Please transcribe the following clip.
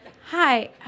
Hi